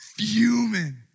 Human